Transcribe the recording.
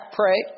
pray